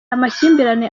amakimbirane